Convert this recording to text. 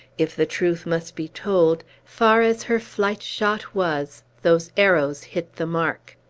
if the truth must be told, far as her flight-shot was, those arrows hit the mark.